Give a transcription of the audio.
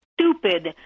stupid